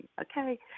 okay